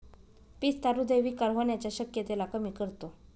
पिस्ता हृदय विकार होण्याच्या शक्यतेला कमी करतो